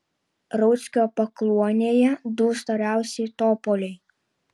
rauckio pakluonėje du storiausi topoliai